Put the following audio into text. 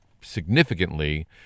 significantly